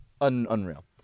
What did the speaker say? unreal